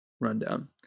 rundown